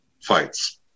fights